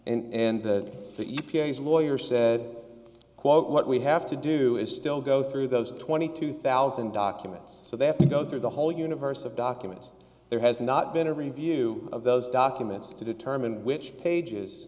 a has lawyer said quote what we have to do is still go through those twenty two thousand documents so they have to go through the whole universe of documents there has not been a review of those documents to determine which pages